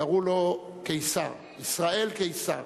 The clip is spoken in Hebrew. קראו לו קיסר, ישראל קיסר,